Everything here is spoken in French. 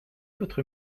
votre